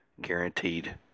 guaranteed